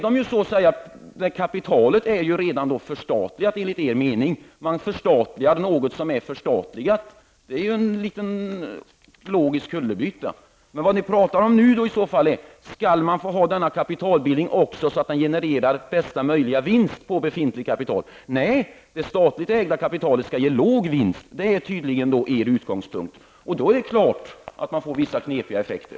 I så fall är kapitalet enligt er mening redan förstatligat. Man skulle förstatliga något som redan är förstatligat. Det är en logisk kullerbytta. Vad vi nu talar om är om AP-fondernas kapitalbildning också skall få generera bästa möjliga vinst. Er utgångspunkt är tydligen att det statligt ägda kapitalet skall ge låg vinst. I så fall är det klart att man får vissa knepiga effekter.